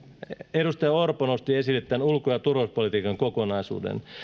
edustaja orpo nosti esille tämän ulko ja turvallisuuspolitiikan kokonaisuuden